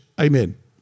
Amen